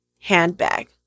handbag